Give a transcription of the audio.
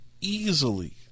easily